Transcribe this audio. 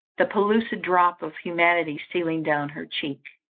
the pellucid drop of humanity stealing down her cheek.